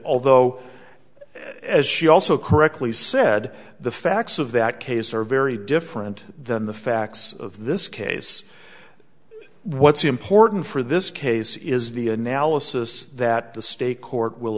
although as she also correctly said the facts of that case are very different than the facts of this case what's important for this case is the analysis that the state court will